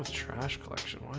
trash like